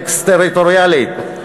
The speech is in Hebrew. אקסטריטוריאלית.